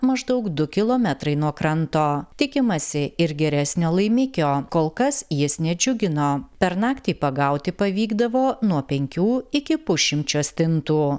maždaug du kilometrai nuo kranto tikimasi ir geresnio laimikio kol kas jis nedžiugino per naktį pagauti pavykdavo nuo penkių iki pusšimčio stintų